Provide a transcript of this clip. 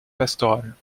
pastorales